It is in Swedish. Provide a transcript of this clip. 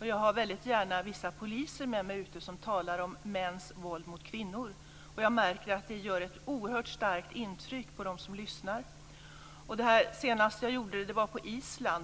Jag har väldigt gärna vissa poliser med mig som talar om mäns våld mot kvinnor, och jag märker att det gör ett oerhört stort intryck på dem som lyssnar. Senaste gången som jag gjorde det var på Island.